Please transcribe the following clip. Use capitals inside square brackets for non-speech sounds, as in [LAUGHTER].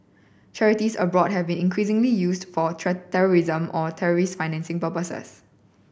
charities abroad have been increasingly used for [UNINTELLIGIBLE] terrorism or terrorist financing purposes